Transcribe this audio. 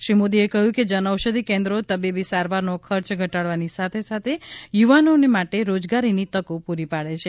શ્રી મોદીએ કહ્યું કે જનૌષધિ કેન્દ્રો તબીબી સારવારનો ખર્ચ ઘટાડવાની સાથે સાથે યુવાનોને માટે રોજગારની તકો પૂરી પાડે છે